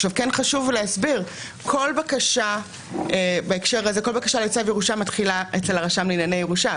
כן חשוב להסביר: כל בקשה לצו ירושה מתחילה אצל הרשם לענייני ירושה,